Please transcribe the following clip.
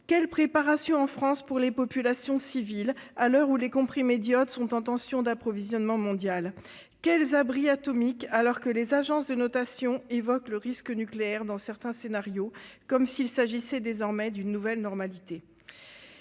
est la préparation, en France, pour les populations civiles, à l'heure où les comprimés d'iode sont en tension d'approvisionnement mondiale ? De quels abris atomiques disposons-nous, alors que les agences de notation évoquent le risque nucléaire, dans certains scénarios, comme s'il s'agissait désormais d'une nouvelle normalité ?